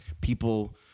people